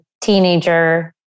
teenager